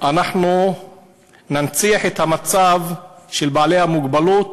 אנחנו ננציח את המצב של בעלי המוגבלות.